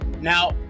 Now